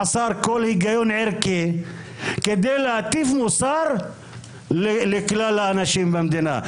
חסר כל היגיון ערכי כדי להטיף מוסר לכלל האנשים במדינה.